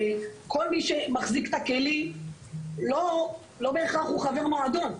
כל מי שמחזיק את הכלים הוא לא בהכרח חבר מועדון.